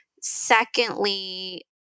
Secondly